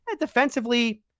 defensively